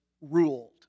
ruled